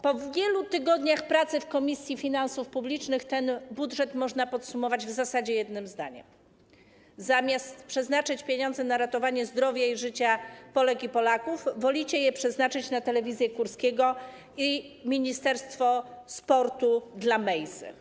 Po wielu tygodniach pracy w Komisji Finansów Publicznych ten budżet można podsumować w zasadzie jednym zdaniem: zamiast przeznaczyć pieniądze na ratowanie zdrowia i życia Polek i Polaków, wolicie je przeznaczyć na telewizję Kurskiego i ministerstwo sportu, dla Mejzy.